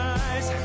eyes